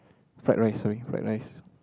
fried rice sorry fried rice